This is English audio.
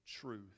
truth